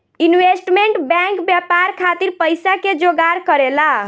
investment bank व्यापार खातिर पइसा के जोगार करेला